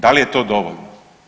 Da li je to dovoljno?